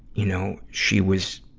you know, she was,